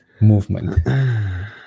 movement